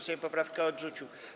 Sejm poprawkę odrzucił.